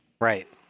Right